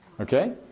okay